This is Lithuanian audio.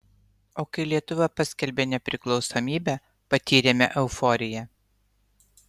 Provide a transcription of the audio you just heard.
o kai lietuva paskelbė nepriklausomybę patyrėme euforiją